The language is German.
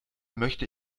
möchte